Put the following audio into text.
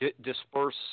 disperse